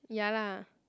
ya lah